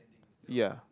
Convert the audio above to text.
ya